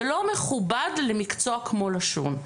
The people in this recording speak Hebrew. זה לא מכובד למקצוע כמו לשון,